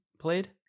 played